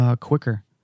quicker